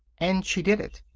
and she did it.